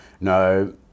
No